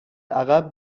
عقب